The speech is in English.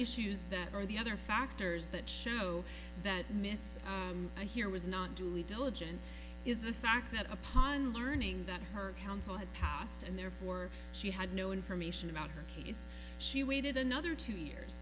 issues that are the other factors that show that miss a here was not due diligence is the fact that upon learning that her counsel had passed and therefore she had no information about her case she waited another two years